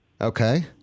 Okay